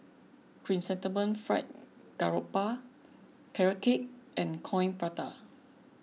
Chrysanthemum Fried Garoupa Carrot Cake and Coin Prata